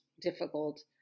difficult